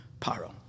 Paro